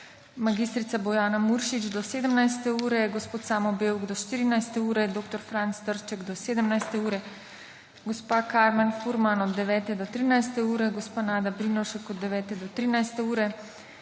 mag. Bojana Muršič do 17. ure, Samo Bevk do 14. ure, dr. Franc Trček do 17. ure, mag. Karmen Furman od 9. do 13. ure, Nada Brinovšek od 9. do 13. ure,